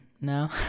No